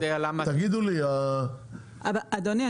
אדוני,